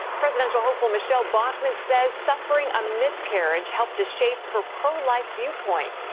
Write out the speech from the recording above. presidential hopeful michelle bachmann says suffering a miscarriage helped to shape her pro-life viewpoint.